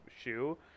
shoe